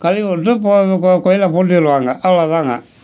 கழிவிட்டு போ கோயிலை பூட்டிருவாங்க அவ்வளோ தாங்க